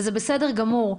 וזה בסדר גמור.